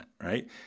right